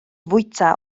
fwyta